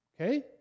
okay